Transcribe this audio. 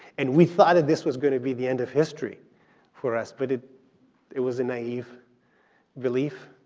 and we thought that this was gonna be the end of history for us, but it it was a naive belief.